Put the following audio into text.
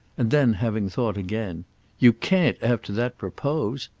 and then having thought again you can't after that propose!